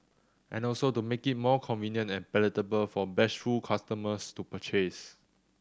and also to make it more convenient and palatable for bashful customers to purchase